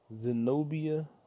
Zenobia